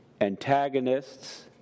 antagonists